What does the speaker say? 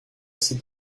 assez